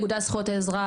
האגודה לזכויות האזרח,